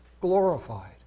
glorified